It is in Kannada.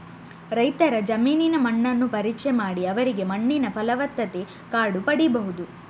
ರೈತರ ಜಮೀನಿನ ಮಣ್ಣನ್ನು ಪರೀಕ್ಷೆ ಮಾಡಿ ಅವರಿಗೆ ಮಣ್ಣಿನ ಫಲವತ್ತತೆ ಕಾರ್ಡು ಪಡೀಬಹುದು